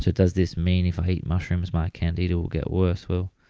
so does this mean if i eat mushrooms my candida will get worse? well,